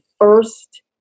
first